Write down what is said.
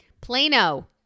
Plano